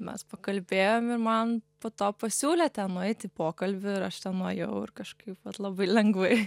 mes pakalbėjom ir man po to pasiūlė ten nueit į pokalbį ir aš ten nuėjau ir kažkaip labai lengvai